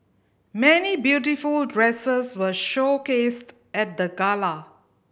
many beautiful dresses were showcased at the gala